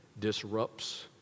disrupts